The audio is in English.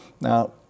now